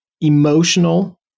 emotional